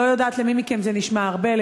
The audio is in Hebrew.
אני לא יודעת למי מכם זה נשמע הרבה,